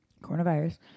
coronavirus